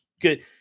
good